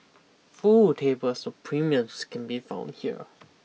full tables of premiums can be found here